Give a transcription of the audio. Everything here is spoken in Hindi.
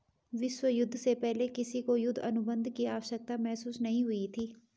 विश्व युद्ध से पहले किसी को युद्ध अनुबंध की आवश्यकता महसूस नहीं हुई थी